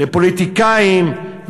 לפוליטיקאים".